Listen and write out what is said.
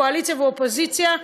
קואליציה ואופוזיציה,